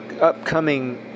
upcoming